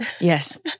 Yes